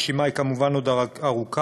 הרשימה היא כמובן עוד ארוכה,